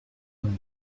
vingt